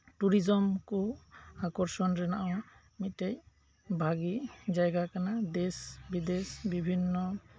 tourism ᱠᱚ ᱟᱠᱚᱨᱥᱚᱱ ᱨᱮᱭᱟᱜ ᱦᱚᱸ ᱢᱤᱫᱴᱮᱱ ᱵᱷᱟᱹᱜᱤ ᱡᱟᱭᱜᱟ ᱠᱟᱱᱟ ᱫᱮᱥ ᱵᱤᱫᱮᱥ ᱵᱤᱵᱷᱤᱱᱱᱚ